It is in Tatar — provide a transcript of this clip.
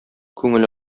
күңел